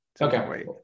Okay